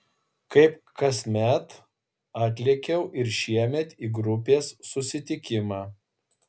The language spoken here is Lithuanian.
kaip kasmet atlėkiau ir šiemet į grupės susitikimą